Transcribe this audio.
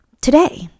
today